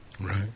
Right